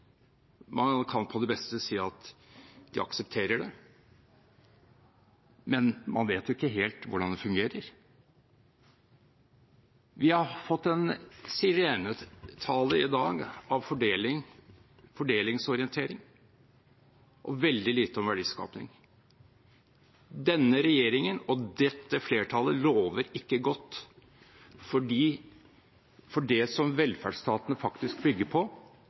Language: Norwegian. Man kan på det beste si at de aksepterer det, men man vet ikke helt hvordan det fungerer. Vi har fått en sirenetale i dag av fordelingsorientering og veldig lite om verdiskaping. Denne regjeringen og dette flertallet lover ikke godt, for det som velferdsstaten faktisk bygger på,